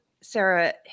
Sarah